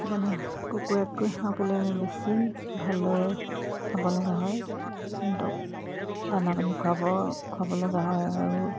সেইকাৰণে কুকুৰাতকৈ হাঁহ পোৱালি আমি বেছি ভালদৰে চাব লগা হয় সিহঁতক দানা পানী খোৱাব খোৱাব লগা হয় আৰু